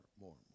more